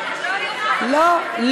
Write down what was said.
לא.